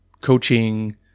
coaching